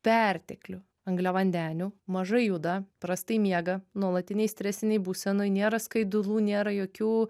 perteklių angliavandenių mažai juda prastai miega nuolatinėj stresinėj būsenoj nėra skaidulų nėra jokių